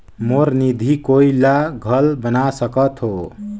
मोर निधि कोई ला घल बना सकत हो?